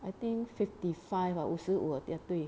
I think fifty five ah 五十五啊对